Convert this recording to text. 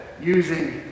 using